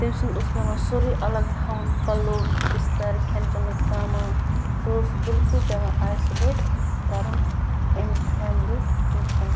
تٔمۍ سُنٛد اوس پٮ۪وان سورُے اَلگ تھاوُن پَلو بِستَر کھٮ۪ن چٮ۪نُک سامان سُہ اوس بِلکُل پٮ۪وان اَیسولیٹ کَرُن امہِ فیملی نِش